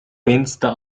fenster